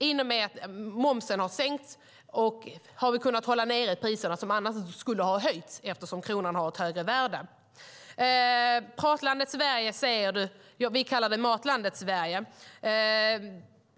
I och med att momsen har sänkts har vi kunnat hålla nere priserna som annars skulle ha höjts, eftersom kronan har ett högre värde. Pratlandet Sverige, säger Pyry Niemi. Vi kallar det Matlandet Sverige.